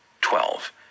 Twelve